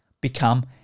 become